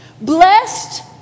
Blessed